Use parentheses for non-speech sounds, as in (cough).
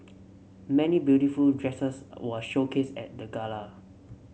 many beautiful dresses (hesitation) were showcased at the gala